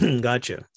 Gotcha